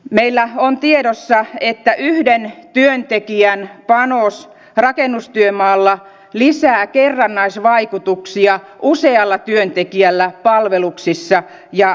meillä on tiedossa että yhden työntekijän panos rakennustyömaalla lisää kerrannaisvaikutuksia usealla työntekijällä palveluissa ja liikenteessä